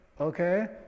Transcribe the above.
Okay